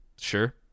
Sure